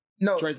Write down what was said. No